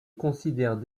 considèrent